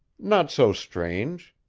not so strange.